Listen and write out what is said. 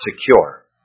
secure